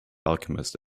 alchemist